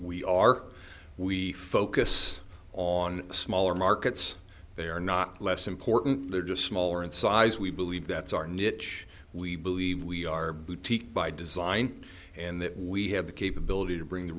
we are we focus on smaller markets they are not less important they're just smaller in size we believe that's our niche we believe we are boutique by design and that we have the capability to bring the